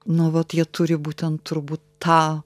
nu vat jie turi būtent turbūt tą